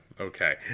okay